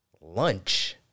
lunch